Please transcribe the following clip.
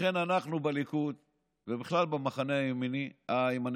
לכן אנחנו בליכוד ובכלל במחנה הימני